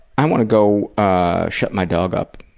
i want to go ah shut my dog up.